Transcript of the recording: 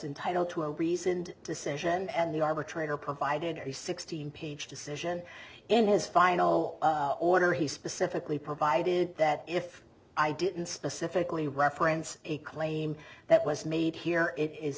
entitled to a reasoned decision and the arbitrator provided a sixteen page decision in his final order he specifically provided that if i didn't specifically reference a claim that was made here it is